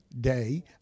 day